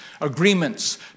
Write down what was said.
agreements